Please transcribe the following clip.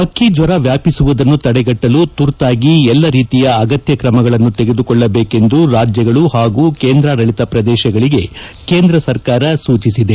ಹಕ್ಕಿ ಜ್ವರ ವ್ಯಾಪಿಸಿರುವುದನ್ನು ತಡೆಗಟ್ಟಲು ತುರ್ತಾಗಿ ಎಲ್ಲ ರೀತಿಯ ಅಗತ್ಯ ಕ್ರಮಗಳನ್ನು ತೆಗೆದುಕೊಳ್ಳಬೇಕೆಂದು ರಾಜ್ಯಗಳು ಹಾಗೂ ಕೇಂದ್ರಾಡಳಿತ ಪ್ರದೇಶಗಳಿಗೆ ಕೇಂದ್ರ ಸರ್ಕಾರ ಸೂಚಿಸಿದೆ